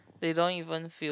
they don't even feel